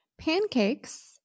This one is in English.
pancakes